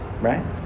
right